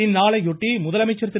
இந்நாளையொட்டி முதலமைச்சர் திரு